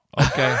Okay